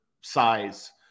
size